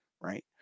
right